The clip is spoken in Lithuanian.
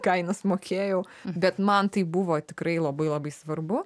kainas mokėjau bet man tai buvo tikrai labai labai svarbu